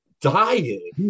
dying